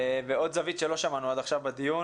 ועוד זווית שלא שמענו עד עכשיו בדיון